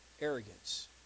arrogance